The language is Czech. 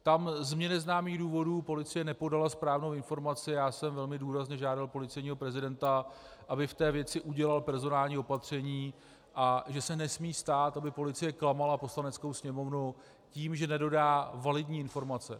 Tam z mně neznámých důvodů policie nepodala správnou informaci a já jsem velmi důrazně žádal policejního prezidenta, aby v té věci udělal personální opatření, a že se nesmí stát, aby policie klamala Poslaneckou sněmovnu tím, že nedodá validní informace.